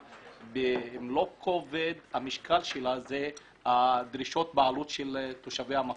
במלוא כובד המשקל שלה ואלה דרישות בעלות של תושבי המקום.